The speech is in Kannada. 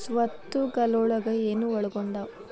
ಸ್ವತ್ತುಗಲೊಳಗ ಏನು ಒಳಗೊಂಡಾವ?